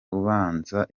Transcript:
ubanza